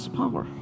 power